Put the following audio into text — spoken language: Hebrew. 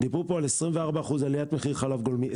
דברו פה על 24% עליית מחיר חלב גולמי,